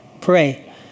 pray